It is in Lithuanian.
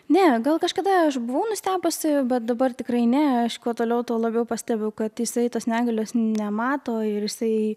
ne gal kažkada aš buvau nustebusi bet dabar tikrai ne aš kuo toliau tuo labiau pastebiu kad jisai tos negalios nemato ir jisai